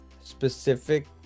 specific